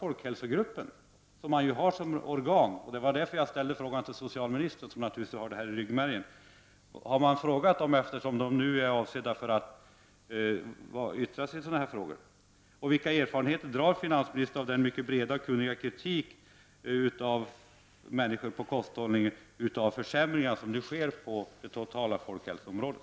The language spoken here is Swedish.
Folkhälsogruppen är ju regeringens organ, och det var därför som jag riktade min interpellation till socialministern, som naturligtvis har detta i ryggmärgen. Vilka slutsatser drar finansministern av denna mycket breda, kunniga kritik över försämringarna på folkhälsoområdet?